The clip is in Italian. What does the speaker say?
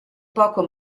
poco